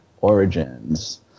Origins